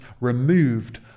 removed